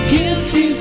Guilty